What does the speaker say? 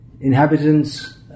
inhabitants